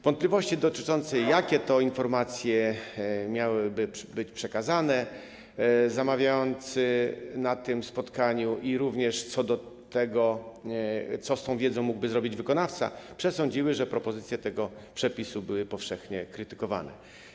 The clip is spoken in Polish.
Wątpliwości dotyczące tego, jakie to informacje miałyby być przekazywane przez zamawiających na tym spotkaniu, i co do tego, co z tą wiedzą mógłby zrobić wykonawca, przesądziły o tym, że propozycje tego przepisu były powszechnie krytykowane.